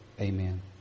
Amen